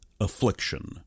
affliction